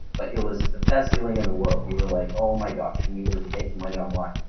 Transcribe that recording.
but it was the best feeling in the world. we were like, oh my gosh, we were making money online.